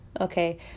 Okay